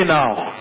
now